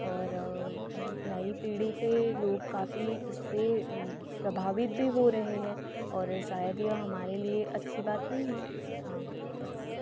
और नई पीढ़ी के लोग काफ़ी इससे प्रभावित भी हो रहे हैं और शायद यह हमारे लिए अच्छी बात नहीं है बस